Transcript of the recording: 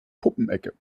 puppenecke